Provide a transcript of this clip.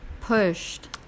pushed